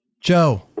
Joe